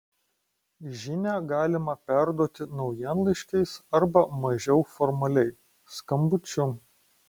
žinią galimą perduoti naujienlaiškiais arba mažiau formaliai skambučiu